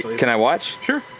can i watch? sure.